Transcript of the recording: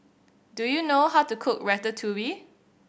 do you know how to cook Ratatouille